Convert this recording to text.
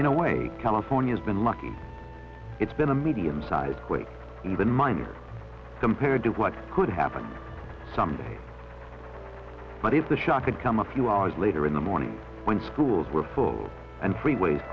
in a way california has been lucky it's been a medium sized quake even minor compared to what could happen someday but if the shock could come a few hours later in the morning when schools were full and freeways